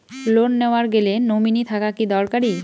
Loan নেওয়ার গেলে nominee থাকা কি দরকারী?